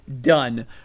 done